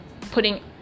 putting